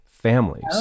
families